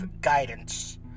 Guidance